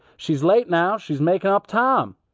she's late now, she's makin' up tahm!